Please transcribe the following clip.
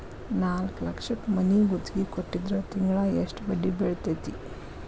ನಾಲ್ಕ್ ಲಕ್ಷಕ್ ಮನಿ ಗುತ್ತಿಗಿ ಕೊಟ್ಟಿದ್ರ ತಿಂಗ್ಳಾ ಯೆಸ್ಟ್ ಬಡ್ದಿ ಬೇಳ್ತೆತಿ?